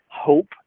hope